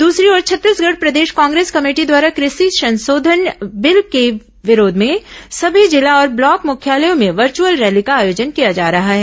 दूसरी ओर छत्तीसगढ़ प्रदेश कांग्रेस कमेटी द्वारा कृषि संशोधन बिल के विरोध में सभी जिला और ब्लॉक मुख्यालयों में वर्चुअल रैली का आयोजन किया जा रहा है